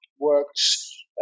works